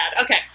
Okay